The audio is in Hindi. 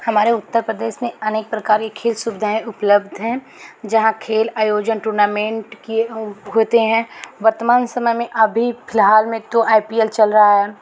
हमारे उत्तर प्रदेश में अनेक प्रकार की खेल सुविधाएँ उपलब्ध हैं जहाँ खेल आयोजन टूर्नामेंट किए होते हैं वर्तमान समय में अभी फिलहाल में तो आइ पी एल चल रहा है